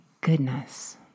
goodness